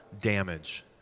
damage